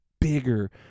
bigger